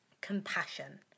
Compassion